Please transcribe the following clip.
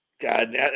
God